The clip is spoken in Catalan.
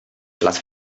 les